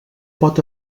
pot